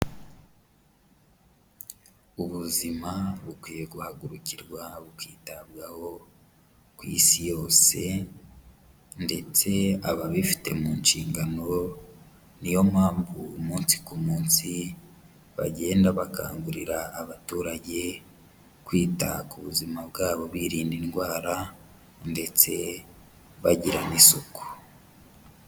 Ubuzima bukwiye guhagurukirwa bukitabwaho ku isi yose, ndetse ababifite mu nshingano, ni yo mpamvu umunsi ku munsi bagenda bakangurira abaturage kwita ku buzima bwabo birinda indwara ndetse bagira n'isuku.